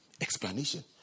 explanation